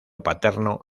paterno